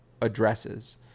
addresses